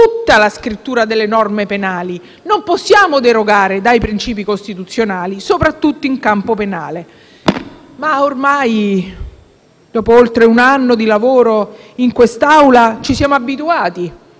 tutta la scrittura delle norme penali. Non possiamo derogare ai principi costituzionali, soprattutto in campo penale, ma ormai, dopo oltre un anno di lavoro in Assemblea, ci siamo abituati